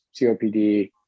COPD